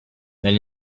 then